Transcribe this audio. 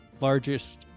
Largest